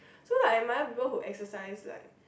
so like I admire people who exercise like